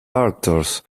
actors